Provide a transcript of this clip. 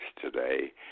today